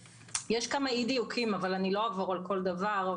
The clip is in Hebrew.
יש כמה אי-דיוקים אבל לא אעבור על כל דבר.